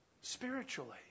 spiritually